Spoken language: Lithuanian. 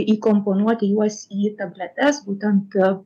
įkomponuoti juos į tabletes būtent